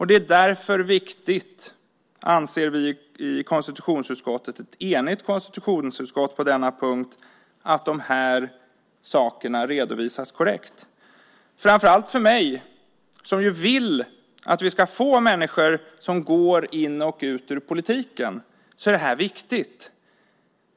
Det är därför viktigt, anser vi i konstitutionsutskottet - ett enigt konstitutionsutskott på denna punkt - att de här sakerna redovisas korrekt. Framför allt för mig, som vill att vi ska få människor som går in och ut ur politiken, är det här viktigt.